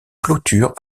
clôture